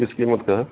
کس کیمت کا ہے